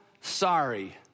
sorry